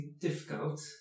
difficult